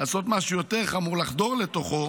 לעשות משהו יותר חמור, לחדור לתוכו,